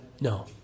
No